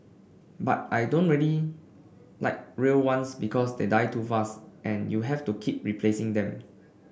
but I don't ready like real ones because they die too fast and you have to keep replacing them